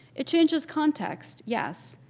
it changes context, yes,